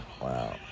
Wow